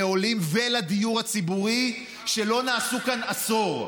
לעולים ולדיור הציבורי שלא נעשו כאן עשור.